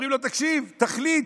אומרים לו: תקשיב, תחליט,